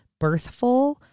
Birthful